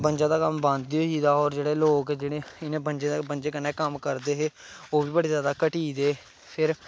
बंजा दा कम्म बंद गै होई गेदा होर जादातर लोग जेह्ड़े ओह् इ'नें बंजें कन्नै कम्म करदे हे ओह् बी बड़े जादा घटी दे फिर